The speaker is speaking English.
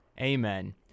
Amen